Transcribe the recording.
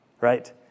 right